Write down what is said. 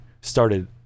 started